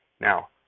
now